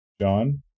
John